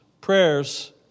prayers